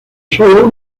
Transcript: sólo